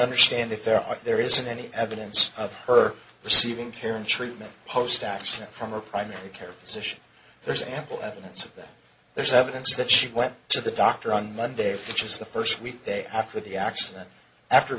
understand if there are there isn't any evidence of her receiving care and treatment post accident from a primary care physician there's ample evidence that there is evidence that she went to the doctor on monday which is the first week after the accident after